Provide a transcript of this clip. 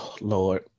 lord